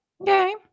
Okay